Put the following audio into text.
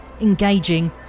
engaging